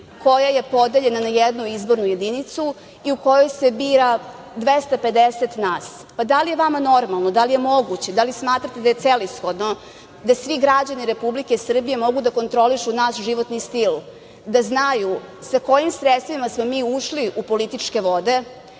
koja je podeljena na jednu izbornu jedinicu i u kojoj se bira 250 nas. Da li je vama normalno, da li je moguće, da li smatrate da je celishodno da svi građani Republike Srbije mogu da kontrolišu naš životni stil, da znaju sa kojim sredstvima smo mi ušli u političke vode,